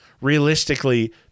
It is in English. realistically